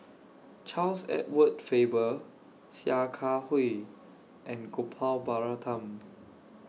Charles Edward Faber Sia Kah Hui and Gopal Baratham